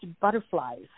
butterflies